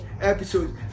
episode